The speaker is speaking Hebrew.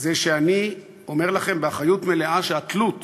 זה שאני אומר לכם באחריות מלאה שהתלות